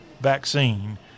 vaccine